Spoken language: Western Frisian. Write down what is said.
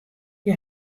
hja